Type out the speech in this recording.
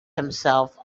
himself